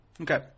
Okay